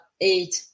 eight